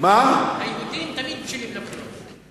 היהודים תמיד בשלים לבחירות.